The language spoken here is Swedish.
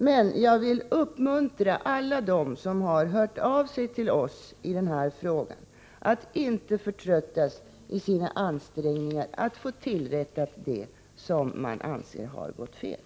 Men jag vill uppmuntra alla dem som har hört av sig till oss i denna fråga att inte förtröttas i sina ansträngningar att få tillrättat det som man anser har blivit fel.